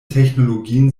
technologien